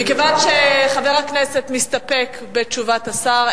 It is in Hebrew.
מכיוון שחבר הכנסת מסתפק בתשובת השר,